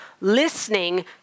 listening